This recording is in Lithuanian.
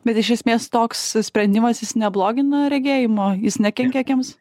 bet iš esmės toks sprendimas jis neblogina regėjimo jis nekenkia akims